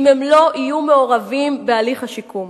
אם הם לא יהיו מעורבים בהליך השיקום.